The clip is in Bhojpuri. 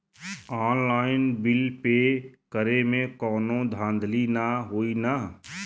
ऑनलाइन बिल पे करे में कौनो धांधली ना होई ना?